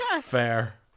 Fair